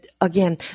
again